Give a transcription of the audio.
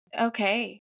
okay